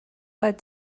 led